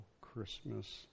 Christmas